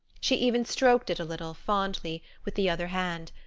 she even stroked it a little, fondly, with the other hand,